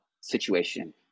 situation